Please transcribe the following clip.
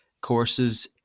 courses